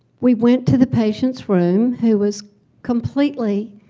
we went to the patient's room, who was completely